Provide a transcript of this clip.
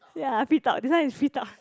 ya free talk this one is free talk